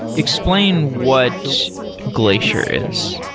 explain what glacier is.